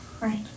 Right